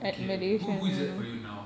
okay who who is it for you now